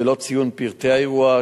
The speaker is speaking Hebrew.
ללא ציון פרטי האירוע,